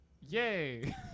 Yay